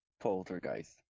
poltergeist